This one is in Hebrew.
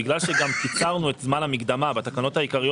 בגלל שגם קיצרנו את זה זמן המקדמה בתקנות העיקריות